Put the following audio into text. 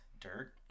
dirt